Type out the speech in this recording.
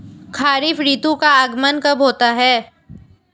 खरीफ ऋतु का आगमन कब होता है?